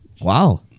Wow